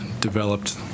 developed